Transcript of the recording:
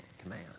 command